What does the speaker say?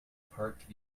parked